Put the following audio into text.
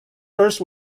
first